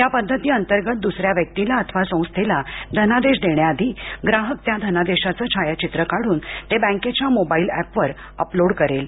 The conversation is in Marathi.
या पद्धती अंतर्गत दुसऱ्या व्यक्तीला अथवा संस्थेला धनादेश देण्याआधी ग्राहक त्या धनादेशाचे छायाचित्र काढून ते बँकेच्या मोबाईल एप वर अपलोड करेल